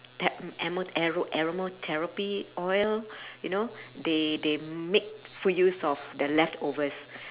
the~ animal a~ animal therapy oil you know they they make full use of the leftovers